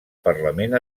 parlament